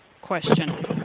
question